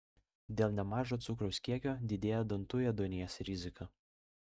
dėl nemažo cukraus kiekio didėja dantų ėduonies rizika